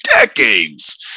decades